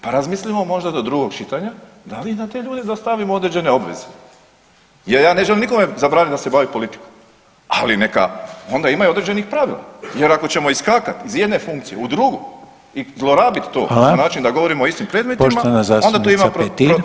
Pa razmislimo možda i do drugog čitanja da li i na te ljude da stavimo određene obveze jer ja ne želim nikome zabranit da se bavi politikom, ali neka onda ima i određenih pravila jer ako ćemo iskakat iz jedne funkcije u drugu i zlorabit to na način [[Upadica: Hvala.]] da govorimo o istim predmetima onda to ima problema po meni.